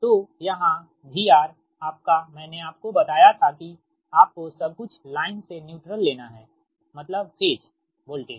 तो यहाँ VR आपकामैंने आपको बताया था कि आपको सब कुछ लाइन से न्यूट्रल लेना है मतलब फेज वोल्टेज